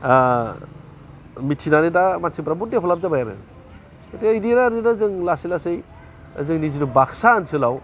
मिथिनानै दा मानसिफ्रा बुहुथ डेभेलप जाबाय आरो जों लासै लासै जोंनि जिथु बाक्सा ओनसोलाव